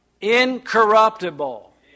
Incorruptible